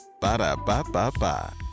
Ba-da-ba-ba-ba